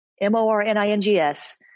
M-O-R-N-I-N-G-S